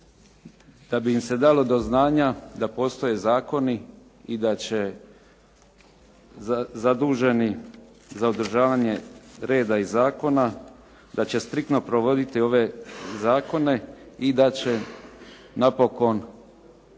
da bi im se dalo do znanja da postoje zakoni i da će zaduženi za održavanje reda i zakona da će striktno provoditi ove zakone i da će napokon